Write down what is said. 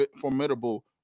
formidable